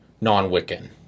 non-Wiccan